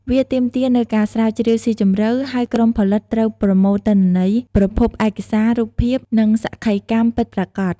វាទាមទារនូវការស្រាវជ្រាវស៊ីជម្រៅ ហើយក្រុមផលិតត្រូវប្រមូលទិន្នន័យ ប្រភពឯកសារ រូបភាព និងសក្ខីកម្មពិតប្រាកដ។